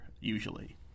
usually